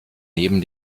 neben